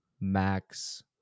Max